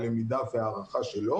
הלמידה וההערכה שלו.